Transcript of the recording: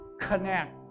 connect